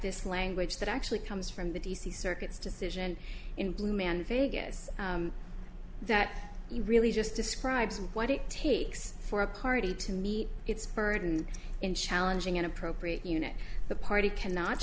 this language that actually comes from the d c circuits decision in blue man vegas that he really just describes what it takes for a party to meet its burden in challenging an appropriate unit the party cannot